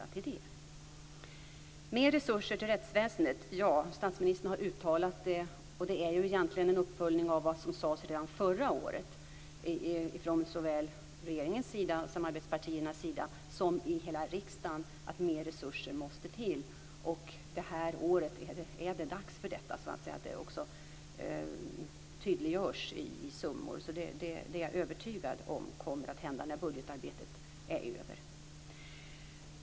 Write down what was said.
Ja, det behövs mer resurser till rättsväsendet. Statsministern har uttalat det. Det är egentligen en uppföljning av vad som sades redan förra året från såväl regeringens och partiernas sida som i hela riksdagen, att mer resurser måste till. Det här året är det dags för att detta tydliggörs i summor. Jag är övertygad om att det kommer att hända när budgetarbetet är över.